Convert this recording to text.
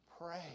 Pray